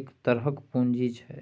एक तरहक पूंजी छै